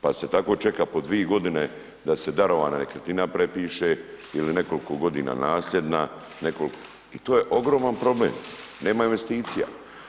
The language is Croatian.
Pa se tako čeka po dvije godine da se darovana nekretnina prepiše ili nekoliko godina nasljedna i to je ogroman problem, nema investicija.